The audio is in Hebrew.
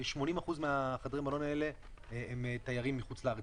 80% מחדרי המלון האלה הם תיירים מחו"ל.